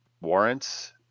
warrants